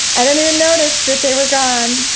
i didn't even notice that they were gone.